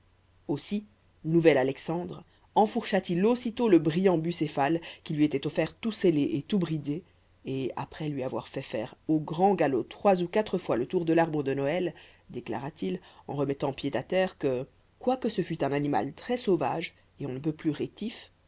aussi nouvel alexandre enfourcha t il aussitôt le brillant bucéphale qui lui était offert tout sellé et tout bridé et après lui avoir fait faire au grand galop trois ou quatre fois le tour de l'arbre de noël déclara-t-il en remettant pied à terre que quoique ce fût un animal très-sauvage et on ne peut plus rétif